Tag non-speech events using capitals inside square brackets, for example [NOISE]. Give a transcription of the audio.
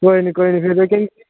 कोई नी कोई नी [UNINTELLIGIBLE]